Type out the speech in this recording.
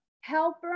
helper